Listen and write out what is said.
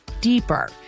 deeper